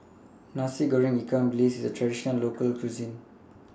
Nasi Goreng Ikan Bilis IS A Traditional Local Cuisine